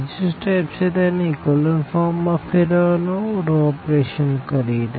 બીજું સ્ટેપ છે તેને ઇકોલન ફોર્મ માં ફેરવવાનો રો ઓપરેશન કરી ને